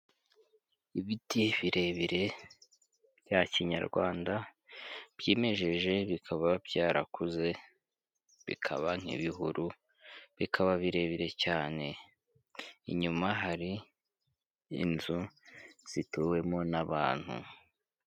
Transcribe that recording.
Ibiti birebire bya kinyarwanda byimejeje bikaba byarakuze bikaba nk'ibihuru bikaba birebire cyane, inyuma hari inzu zituwemo n'abantu.